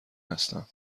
هستم